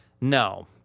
No